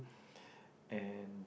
and